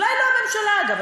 אולי לא הממשלה אגב,